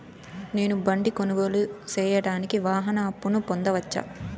నేను బండి కొనుగోలు సేయడానికి వాహన అప్పును పొందవచ్చా?